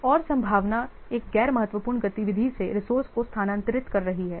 एक और संभावना एक गैर महत्वपूर्ण गतिविधि से रिसोर्से को स्थानांतरित कर रही है